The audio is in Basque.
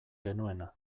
genuena